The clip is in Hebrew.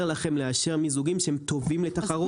לכם לאשר מיזוגים שהם טובים לתחרות?